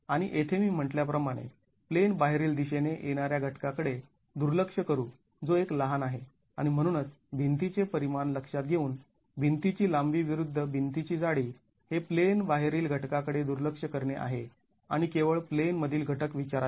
आणि येथे मी म्हंटल्या प्रमाणे प्लेन बाहेरील दिशेने येणाऱ्या घटकाकडे दुर्लक्ष करू जो एक लहान आहे आणि म्हणूनच भिंतीचे परिमाण लक्षात घेऊन भिंतीची लांबी विरुद्ध भिंतीची जाडी हे प्लेन बाहेरील घटकांकडे दुर्लक्ष करणे आहे आणि केवळ प्लेन मधील घटक विचारात घ्या